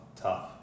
tough